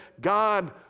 God